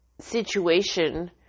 situation